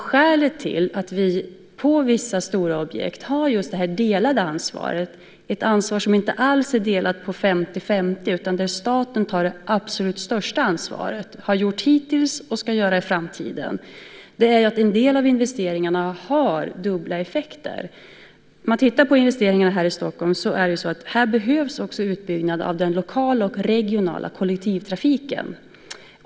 Skälet till att vi för vissa stora objekt har just det här delade ansvaret, ett ansvar som inte alls är delat på 50-50 utan där staten tar det absolut största ansvaret - har gjort det hittills och ska göra det i framtiden - är att en del av investeringarna har dubbla effekter. Om man tittar på investeringarna här i Stockholm ser man att här behövs också utbyggnad av den lokala och regionala kollektivtrafiken.